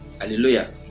Hallelujah